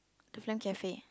the Flame Cafe